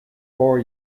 four